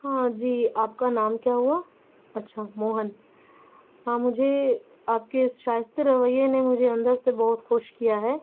ہاں جی آپ کا نام کیا ہوا اچھا موہن ہاں مجھے آپ کے اس شائستہ رویے نے مجھے اندر سے بہت خوش کیا ہے